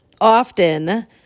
often